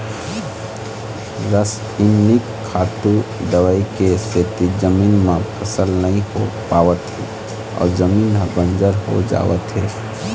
रसइनिक खातू, दवई के सेती जमीन म फसल नइ हो पावत हे अउ जमीन ह बंजर हो जावत हे